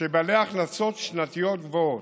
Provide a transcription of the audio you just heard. שבעלי הכנסות שנתיות גבוהות,